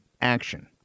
action